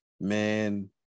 Man